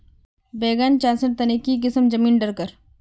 बैगन चासेर तने की किसम जमीन डरकर?